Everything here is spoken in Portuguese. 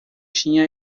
tinha